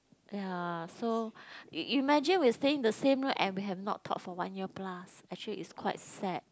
ya so you imagine we staying in the same room and we have not talked for one year plus actually is quite sad